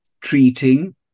treating